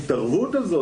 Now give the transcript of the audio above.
un autunitic behaver,